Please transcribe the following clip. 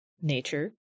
nature